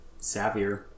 savvier